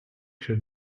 should